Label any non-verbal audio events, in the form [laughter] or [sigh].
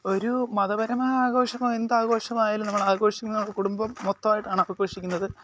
ഒരു മതപരമായ ആഘോഷമോ എന്ത് ആഘോഷമായാലും നമ്മളാഘോഷിക്കുന്നത് കുടുംബം മൊത്തമായിട്ടാണ് [unintelligible] ആഘോഷിക്കുന്നത്